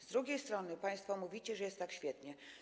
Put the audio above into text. Z drugiej strony państwo mówicie, że jest tak świetnie.